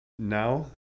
now